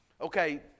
Okay